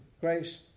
Grace